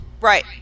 right